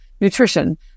nutrition